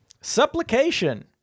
Supplication